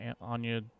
Anya